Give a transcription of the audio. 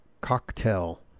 cocktail